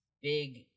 big